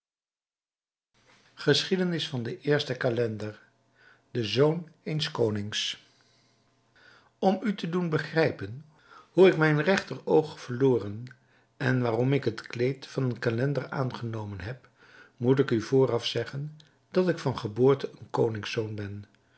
geschiedenis van den eersten calender den zoon eens konings om u te doen begrijpen hoe ik mijn regter oog verloren en waarom ik het kleed van een calender aangenomen heb moet ik u vooraf zeggen dat ik van geboorte een konings zoon ben